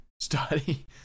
study